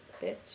bitch